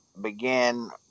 begin